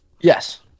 Yes